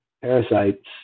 parasites